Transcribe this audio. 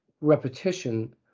repetition